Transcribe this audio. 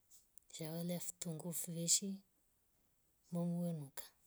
Shawalya. vitungu. fivishi momu wo wenuka